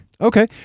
Okay